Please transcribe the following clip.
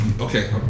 Okay